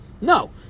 No